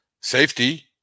safety